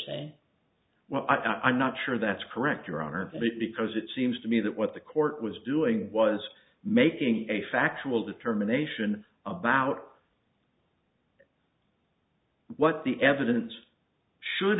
saying well i'm not sure that's correct your honor because it seems to me that what the court was doing was making a factual determination about what the evidence should